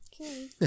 Okay